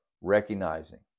recognizing